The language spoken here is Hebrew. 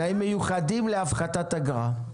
אלה תנאים מיוחדים להפחתת אגרה.